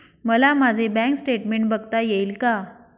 मला माझे bank statement बघता येईल का?